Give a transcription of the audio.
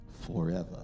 forever